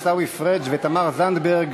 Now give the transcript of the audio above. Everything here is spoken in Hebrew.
עיסאווי פריג' ותמר זנדברג,